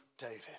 David